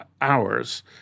hours